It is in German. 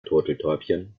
turteltäubchen